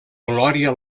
glòria